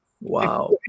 Wow